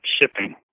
shipping